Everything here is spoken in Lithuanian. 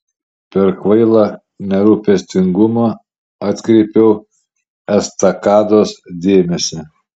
per kvailą nerūpestingumą atkreipiau estakados dėmesį